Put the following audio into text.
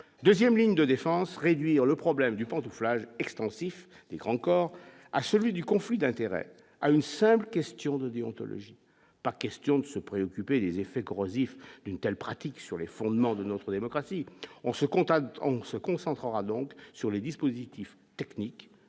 2ème ligne de défense : réduire le problème du pantouflage extensif des grands corps à celui du conflit d'intérêt, à une simple question de déontologie, pas question de se préoccuper des effets corrosifs d'une telle pratique sur les fondements de notre démocratie, on se contente, on se concentrera donc sur les dispositifs techniques